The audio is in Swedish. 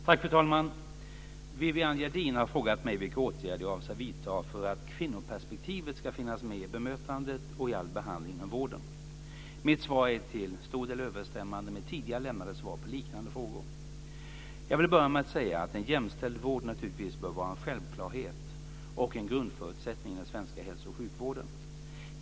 Fru talman! Viviann Gerdin har frågat mig vilka åtgärder jag avser vidta för att kvinnoperspektivet ska finnas med i bemötandet och i all behandling inom vården. Mitt svar är till stor del överensstämmande med tidigare lämnade svar på liknande frågor. Jag vill börja med att säga att en jämställd vård naturligtvis bör vara en självklarhet och en grundförutsättning i den svenska hälso och sjukvården.